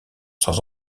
sans